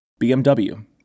BMW